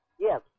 Yes